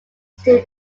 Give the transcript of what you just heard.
still